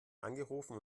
angerufen